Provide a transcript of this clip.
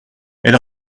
elle